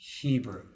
Hebrew